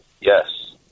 Yes